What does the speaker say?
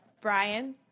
Brian